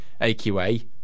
AQA